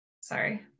sorry